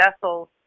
vessels